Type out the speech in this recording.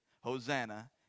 Hosanna